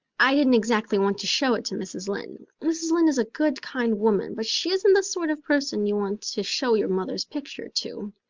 i didn't exactly want to show it to mrs. lynde. mrs. lynde is a good, kind woman, but she isn't the sort of person you want to show your mother's picture to.